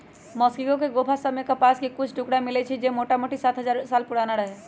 Mexico के गोफा सभ में कपास के कुछ टुकरा मिललइ र जे मोटामोटी सात हजार साल पुरान रहै